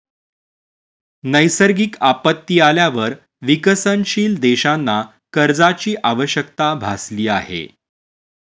नैसर्गिक आपत्ती आल्यावर विकसनशील देशांना कर्जाची आवश्यकता भासली आहे